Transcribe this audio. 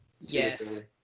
Yes